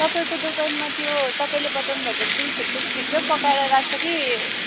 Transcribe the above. तपाईँको दोकानमा त्यो तपाईँले बताउनुभएको डिसहरू त छिटो पकाएर राख्छ कि